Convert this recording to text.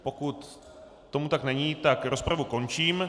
Pokud tomu tak není, rozpravu končím.